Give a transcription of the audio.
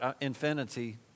infinity